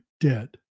dead